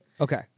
Okay